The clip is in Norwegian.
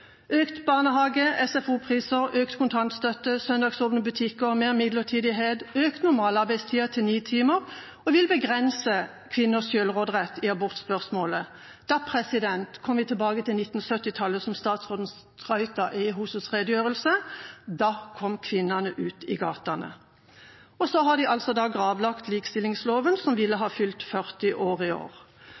økt barnehage- og SFO-priser, økt kontantstøtte, søndagsåpne butikker, mer midlertidighet, økt normalarbeidstid til ni timer og de vil begrense kvinners selvråderett i abortspørsmålet. Da kommer vi tilbake til 1970-tallet som statsråden skrøt av i sin redegjørelse, da kom kvinnene ut i gatene. Og så har de gravlagt likestillingsloven, som ville ha fylt 40 år i år.